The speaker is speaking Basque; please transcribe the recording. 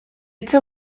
etxe